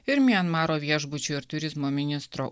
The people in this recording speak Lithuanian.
ir mianmaro viešbučių ir turizmo ministro